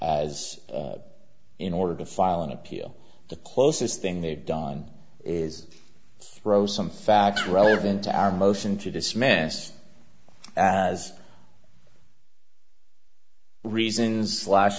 as in order to file an appeal the closest thing they've done is throw some facts relevant to our motion to dismiss as reasons flash